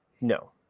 no